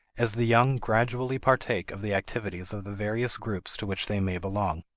as the young gradually partake of the activities of the various groups to which they may belong.